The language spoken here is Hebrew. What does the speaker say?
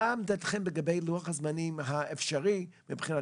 מה עמדתכם לגבי לוח הזמנים האפשרי מבחינת